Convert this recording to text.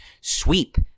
sweep